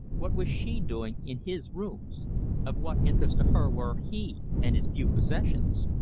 what was she doing in his rooms of what interest to her were he and his few possessions?